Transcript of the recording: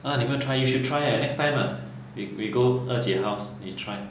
ha 你没有 try you should try eh next time lah we go 二姐 house 你 try